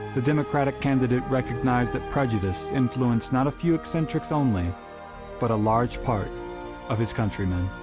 the democratic candidate recognized that prejudice influenced not a few eccentrics only but a large part of his countrymen.